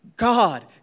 God